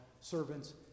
servants